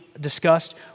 discussed